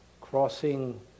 crossing